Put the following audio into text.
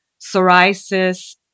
psoriasis